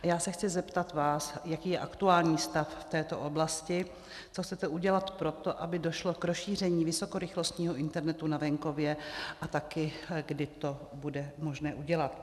A já se chci zeptat vás, jaký je aktuální stav v této oblasti, co chcete udělat pro to, aby došlo k rozšíření vysokorychlostního internetu na venkově, a také kdy to bude možné udělat.